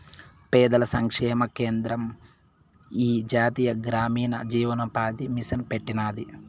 పేదల సంక్షేమ కేంద్రం ఈ జాతీయ గ్రామీణ జీవనోపాది మిసన్ పెట్టినాది